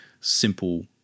simple